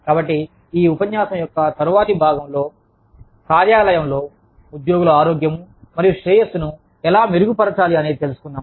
కాబట్టి ఈ ఉపన్యాసం యొక్క తరువాతి భాగంలో కార్యాలయంలో ఉద్యోగుల ఆరోగ్యం మరియు శ్రేయస్సును ఎలా మెరుగు పరచాలి అనేది తెలుసుకుందాం